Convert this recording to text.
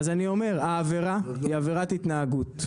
אז אני אומר, העבירה היא עבירת התנהגות.